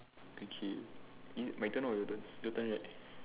okay is my turn or your turn your turn right